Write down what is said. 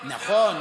נכון,